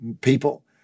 people